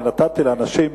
אני נתתי לאנשים שברובם,